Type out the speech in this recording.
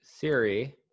Siri